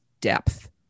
depth